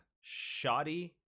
shoddy